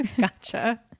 Gotcha